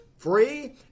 Free